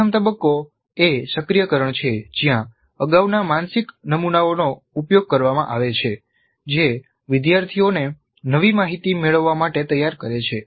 પ્રથમ તબક્કો એ સક્રિયકરણ છે જ્યાં અગાઉના માનસિક નમૂનાઓનો ઉપયોગ કરવામાં આવે છે જે વિદ્યાર્થીઓને નવી માહિતી મેળવવા માટે તૈયાર કરે છે